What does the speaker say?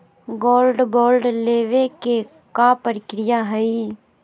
Gold bond लेवे के का प्रक्रिया हई?